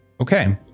Okay